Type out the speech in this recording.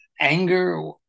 anger